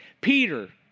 Peter